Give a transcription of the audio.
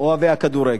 אוהבי הכדורגל.